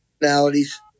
personalities